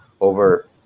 over